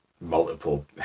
multiple